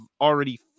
already